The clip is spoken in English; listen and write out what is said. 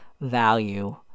value